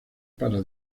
para